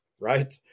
right